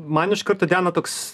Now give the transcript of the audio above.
man iš karto diana toks